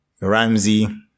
Ramsey